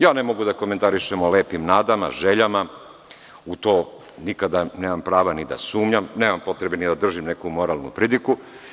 Ja ne mogu da komentarišem o lepim nadama, željama, u to nikada nemam prava ni da sumnjam, a nemam potrebe ni da držim neku moralnu pridiku.